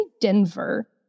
Denver